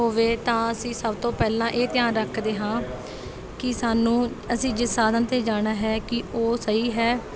ਹੋਵੇ ਤਾਂ ਅਸੀਂ ਸਭ ਤੋਂ ਪਹਿਲਾਂ ਇਹ ਧਿਆਨ ਰੱਖਦੇ ਹਾਂ ਕਿ ਸਾਨੂੰ ਅਸੀਂ ਜਿਸ ਸਾਧਨ 'ਤੇ ਜਾਣਾ ਹੈ ਕੀ ਉਹ ਸਹੀ ਹੈ